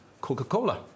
Coca-Cola